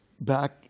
back